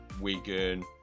Wigan